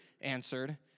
answered